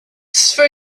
for